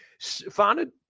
Founded